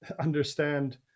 understand